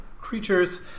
creatures